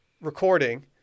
recording